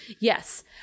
yes